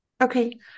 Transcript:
Okay